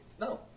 No